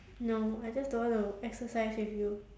no I just don't want to exercise with you